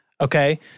Okay